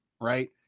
Right